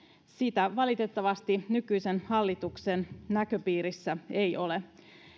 sitä valitettavasti nykyisen hallituksen näköpiirissä ei ole